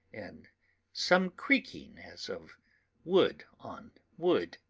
and some creaking as of wood on wood.